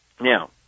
Now